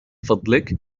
فضلك